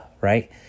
right